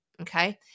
Okay